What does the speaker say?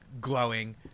glowing